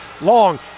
Long